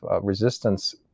resistance